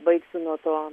baigsiu nuo to